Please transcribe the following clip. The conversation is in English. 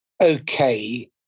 Okay